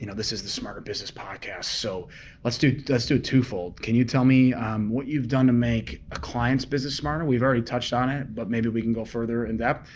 you know this is the smarter business podcast, so let's do let's do two fold. can you tell me what you've done to make a client's business smarter? we've already touched on it, but maybe we can go further in depth.